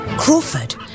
Crawford